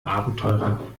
abenteurer